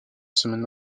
semaines